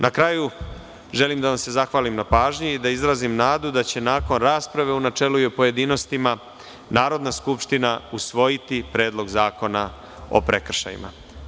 Na kraju, želim da vam se zahvalim na pažnji i da izrazim nadu da će nakon rasprave u načelu i pojedinostima Narodna skupština usvojiti Predlog zakona o prekršajima.